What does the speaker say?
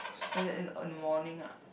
like that in a morning ah